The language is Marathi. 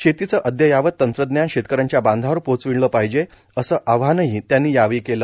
शेतीचं अदयावत तंत्रज्ञान शेतकऱ्याच्या बांधावर पोहोचविलं पाहिजे असं आवाहनही त्यांनी केलं